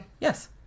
yes